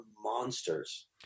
monsters